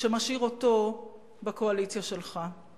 שמשאיר אותו בקואליציה שלך.